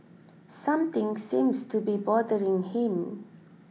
something seems to be bothering him